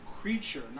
creature